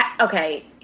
Okay